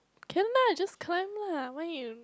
can lah just climb lah why you